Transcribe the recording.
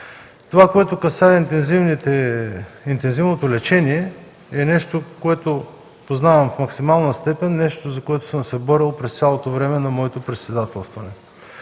Това, което касае интензивното лечение, е нещо, което познавам в максимална степен и за което съм се борил през цялото време на моето председателство.